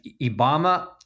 Obama